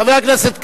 חבר הכנסת כץ.